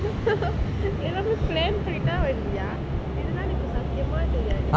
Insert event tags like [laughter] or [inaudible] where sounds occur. [laughs] எல்லாமே:ellaamae plan பண்ணிதா வருவியா இதெல்லா எனக்கு சத்தியமா தெரியாது:pannithaa varuviyaa ithellaa enakku sathiyamaa theriyathu